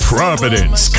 Providence